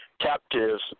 captives